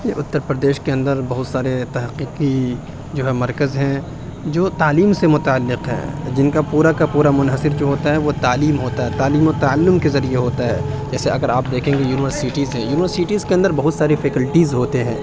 یہ اتر پردیش کے اندر بہت سارے تحقیقی جو ہے مرکز ہیں جو تعلیم سے متعلق ہیں جن کا پورا کا پورا منحصر جو ہوتا ہے وہ تعلیم ہوتا ہے تعلیم و تعلم کے ذریعے ہوتا ہے جیسے اگر آپ دیکھیں گے یونیورسٹیز ہیں یونیورسیٹیز کے اندر بہت سارے فیکلٹیز ہوتے ہیں